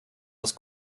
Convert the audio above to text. los